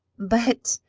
but,